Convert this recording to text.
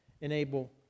enable